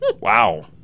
Wow